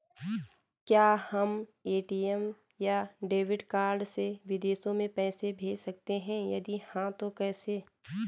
क्या हम ए.टी.एम या डेबिट कार्ड से विदेशों में पैसे भेज सकते हैं यदि हाँ तो कैसे?